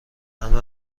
همه